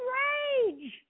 rage